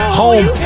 home